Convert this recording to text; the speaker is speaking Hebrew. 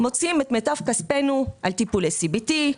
מוציאים את מיטב כספינו על טיפולי CBT,